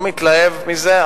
לא מתלהב מזה,